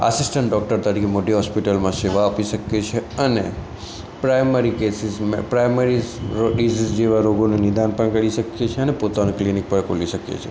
assistant doctor તરીકે મોટી હૉસ્પિટલમાં સેવા આપી શકીએ છીએ અને પ્રાઇમરી કેસીસ પ્રાયમરીસ ડીસીઝ જેવા રોગોનું નિદાન પણ કરી શકીએ છીએ અને પોતાનું કલિનિક પણ ખોલી શકીએ છીએ